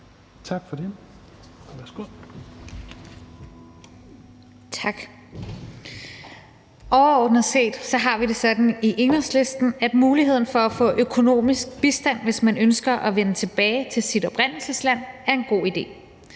Tak for det,